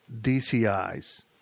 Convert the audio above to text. dcis